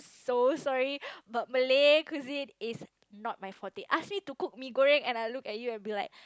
so sorry but Malay cuisine is not my forte ask me to cook mee-goreng and I look at you and be like